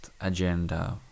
agenda